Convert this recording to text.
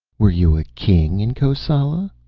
were you a king in kosala?